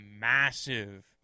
massive